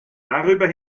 darüber